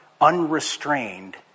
unrestrained